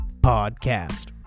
podcast